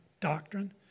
doctrine